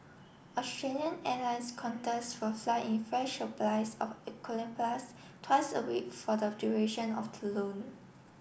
Australian airlines Qantas will fly in fresh appliers of eucalyptus twice a week for the duration of the loan